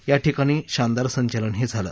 या ठिकाणी शानदार संचलनही झालं